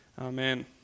Amen